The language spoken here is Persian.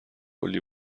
کلی